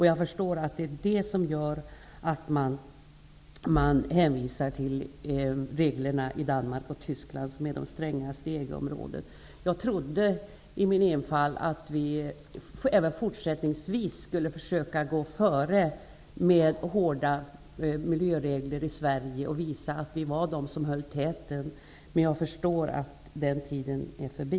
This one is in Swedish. Jag förstår att det är det som gör att man hänvisar till reglerna i Danmark och Tyskland, vilka är de strängaste i EG området. Jag trodde i min enfald att vi i Sverige även fortsättningsvis skulle försöka att gå före med hårda miljöregler och därigenom visa att vi är i täten. Men jag förstår att den tiden nu är förbi.